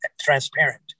transparent